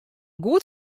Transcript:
goed